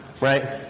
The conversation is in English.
right